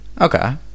Okay